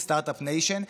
כסטרטאפ ניישן.